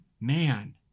Man